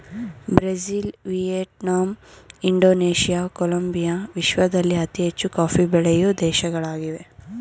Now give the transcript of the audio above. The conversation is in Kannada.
ಬ್ರೆಜಿಲ್, ವಿಯೆಟ್ನಾಮ್, ಇಂಡೋನೇಷಿಯಾ, ಕೊಲಂಬಿಯಾ ವಿಶ್ವದಲ್ಲಿ ಅತಿ ಹೆಚ್ಚು ಕಾಫಿ ಬೆಳೆಯೂ ದೇಶಗಳಾಗಿವೆ